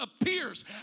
appears